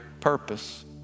purpose